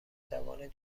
توان